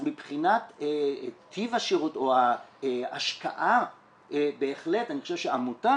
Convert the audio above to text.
אז מבחינת טיב השירות או ההשקעה בהחלט אני חושב שעמותה